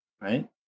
Right